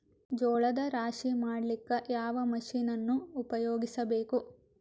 ಜೋಳದ ರಾಶಿ ಮಾಡ್ಲಿಕ್ಕ ಯಾವ ಮಷೀನನ್ನು ಉಪಯೋಗಿಸಬೇಕು?